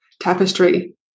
tapestry